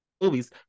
movies